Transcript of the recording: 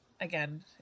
again